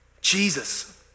Jesus